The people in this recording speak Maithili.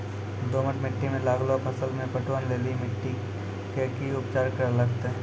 दोमट मिट्टी मे लागलो फसल मे पटवन लेली मिट्टी के की उपचार करे लगते?